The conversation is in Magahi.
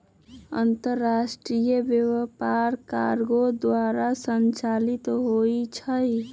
अंतरराष्ट्रीय व्यापार कार्गो द्वारा संचालित होइ छइ